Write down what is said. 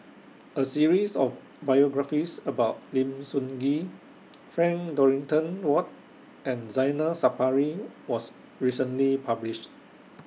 A series of biographies about Lim Sun Gee Frank Dorrington Ward and Zainal Sapari was recently published